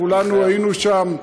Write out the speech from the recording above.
כולנו היינו שם,